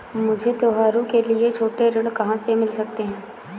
मुझे त्योहारों के लिए छोटे ऋण कहाँ से मिल सकते हैं?